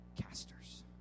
casters